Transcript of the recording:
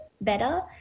better